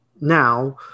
now